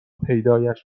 پیدایش